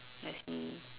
I see